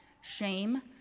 shame